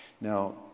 Now